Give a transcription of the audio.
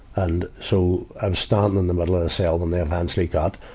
and, so, i'm standing in the middle of the cell when they eventually got,